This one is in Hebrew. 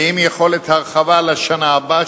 ועם יכולת הרחבה לשנה הבאה,